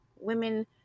women